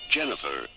Jennifer